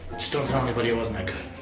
just don't tell anybody it wasn't like